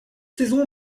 saison